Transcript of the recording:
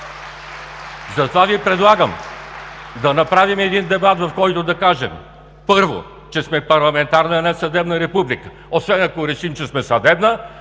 Затова Ви предлагам да направим един дебат, в който да кажем: първо, че сме парламентарна, а не съдебна република, освен ако решим, че сме съдебна,